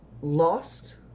lost